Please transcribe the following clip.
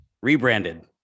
Rebranded